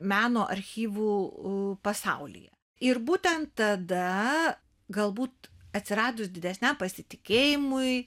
meno archyvų pasaulyje ir būtent tada galbūt atsiradus didesniam pasitikėjimui